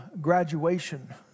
graduation